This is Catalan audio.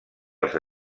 als